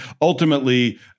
ultimately